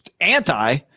anti